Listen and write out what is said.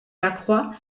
lacroix